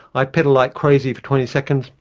i pedal like crazy for twenty seconds,